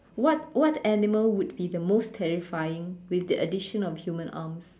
what what animal would be the most terrifying with the addition of human arms